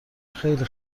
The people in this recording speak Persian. خیلی